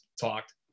talked